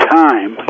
time